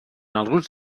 alguns